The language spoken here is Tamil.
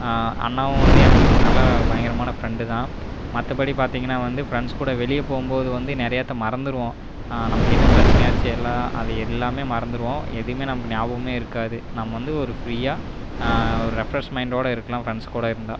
அண்ணாவும் வந்து எனக்கு ஒரு நல்ல பயங்கரமான ஃப்ரெண்டு தான் மற்ற படி பார்த்திங்கனா வந்து ஃப்ரெண்ட்ஸ் கூட வெளியே போகும்போது வந்து நிறையாத்த மறந்துடுவோம் நமக்கு என்ன பிரச்சனையாச்சு எல்லாம் அது எல்லாமே மறந்துடுவோம் எதையுமே நமக்கு ஞாபகமே இருக்காது நம்ம வந்து ஒரு ஃப்ரீயாக ஒரு ரெஃப்ரெஷ் மைண்டோடு இருக்கலாம் ஃப்ரெண்ட்ஸ் கூட இருந்தால்